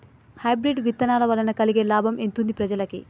Hybrid విత్తనాల వలన కలిగే లాభం ఎంతుంది ప్రజలకి?